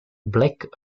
black